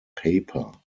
paper